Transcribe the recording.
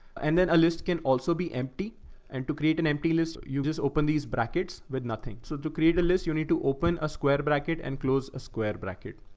and then a list can also be empty and to create an empty list. you just open these brackets with nothing so to create a list, you need to open a square bracket and close a square bracket.